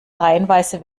reihenweise